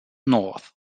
north